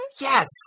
Yes